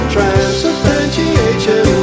Transubstantiation